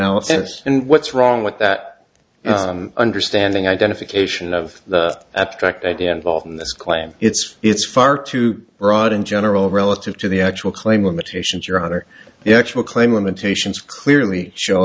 analysis and what's wrong with that understanding identification of the abstract idea involved in this claim it's it's far too broad in general relative to the actual claim limitations your honor the actual claim limitations clearly show